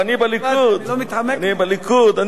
אני בליכוד?